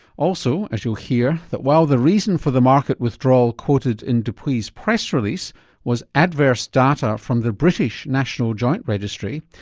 also, as you'll hear that while the reason for the market withdrawal quoted in depuy's press release was adverse data from the british national joint registry,